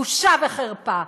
בושה וחרפה.